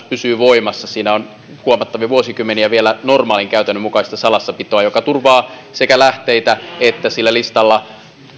pysyy voimassa siinä on vuosikymmeniä vielä normaalin käytännön mukaista salassapitoa joka turvaa sekä lähteitä että sillä listalla